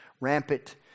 rampant